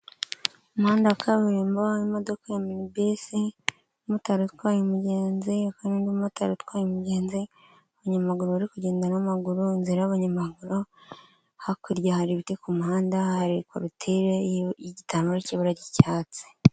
Umuhahanda wa kaburimbo, urimo modoka ya minibisi, umumotari utaratwaye imigenzi, hakaba n'undi mumotari atwaye umugenzi, abanyamaguru bari kugenda n'amaguru, inzira y'abanyamaguru, hakurya hari ibiti ku muhanda hari korutire y'igitambaro cy'ibura ry'icyatsi.